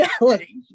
reality